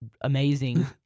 amazing